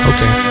Okay